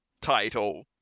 title